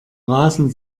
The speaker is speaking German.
rasen